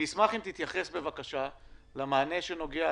אני אשמח אם תתייחס למענה שנוגע